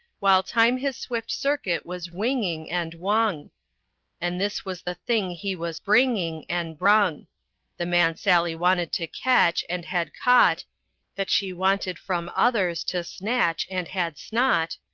while time his swift circuit was winging, and wung and this was the thing he was bringing, and brung the man sally wanted to catch, and had caught that she wanted from others to snatch, and had snaught,